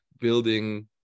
building